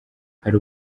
hari